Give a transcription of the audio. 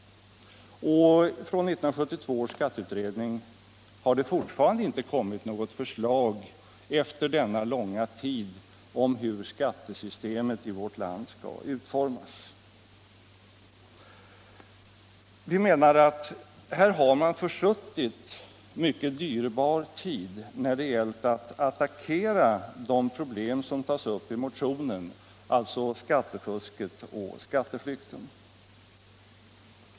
Från 1972 års skatteutredning har det efter denna långa tid fortfarande inte kommit något förslag om hur skattesystemet i vårt land skall utformas. Vi menar att man här har försuttit dyrbar tid när det gällt att attackera de problem som tas upp i vår motion, alltså skattefusket och skatteflykten.